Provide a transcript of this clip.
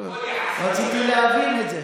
רציתי להבין את זה.